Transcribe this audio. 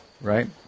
right